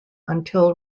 until